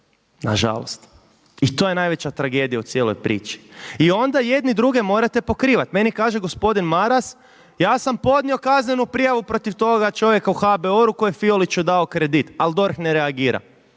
na žalost. I to je najveća tragedija u cijeloj priči. I onda jedni druge morate pokrivati. Meni kaže gospodin Maras, ja sam podnio kaznenu prijavu protiv toga čovjeka u HBOR-u koji je Fioliću dao kredit ali DORH ne reagira.